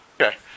Okay